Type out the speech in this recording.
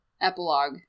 epilogue